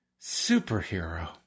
superhero